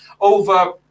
over